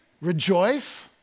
Rejoice